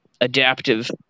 adaptive